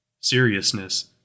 Seriousness